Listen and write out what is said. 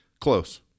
Close